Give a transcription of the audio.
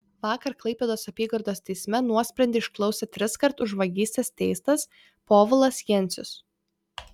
vakar klaipėdos apygardos teisme nuosprendį išklausė triskart už vagystes teistas povilas jencius